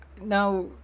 now